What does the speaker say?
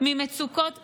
ממצוקות קשות.